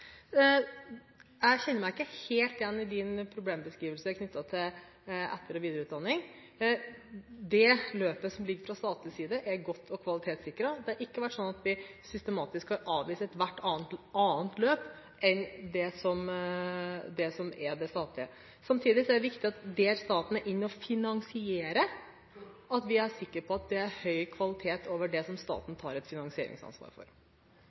Jeg kjenner meg ikke helt igjen i representantens problembeskrivelse knyttet til etter- og videreutdanning. Det løpet som ligger fra statlig side, er godt og kvalitetssikret. Det har ikke vært sånn at vi systematisk har avvist ethvert annet løp enn det statlige. Samtidig er det viktig at vi er sikre på at det er høy kvalitet over det som staten tar et finansieringsansvar for. Jeg har barn i skolen, og jeg kan trøste representanten med at